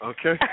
Okay